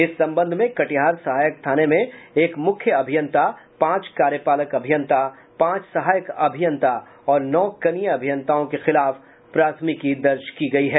इस संबंध में कटिहार सहायक थाने में एक मुख्य अभियंता पांच कार्यपालक अभियंता पांच सहायक अभियंता और नौ कनीय अभियंताओं के खिलाफ प्राथमिकी दर्ज की गयी है